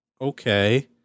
okay